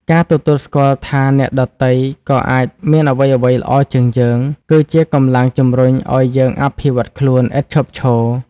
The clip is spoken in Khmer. ការទទួលស្គាល់ថាអ្នកដទៃក៏អាចមានអ្វីៗល្អជាងយើង គឺជា កម្លាំងជំរុញឲ្យយើងអភិវឌ្ឍខ្លួន ឥតឈប់ឈរ។